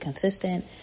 consistent